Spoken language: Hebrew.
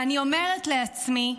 ואני אומרת לעצמי: